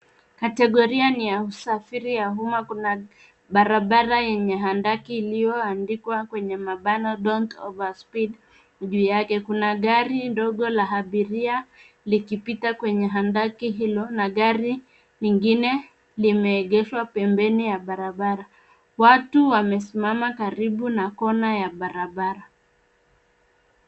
Kategoria ni ya usafiri ya umma. Kuna barabara yenye andaki iliyoandikwa (Don't Overspeed) juu yake. Kuna gari ndogo la abiria likipita kwenye handaki hilo na gari lingine limeegeshwa pembeni ya barabara. Watu wamesimama karibu na kona ya barabara.